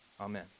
Amen